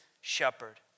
shepherd